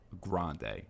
grande